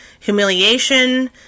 Humiliation